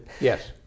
Yes